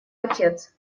отец